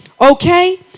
Okay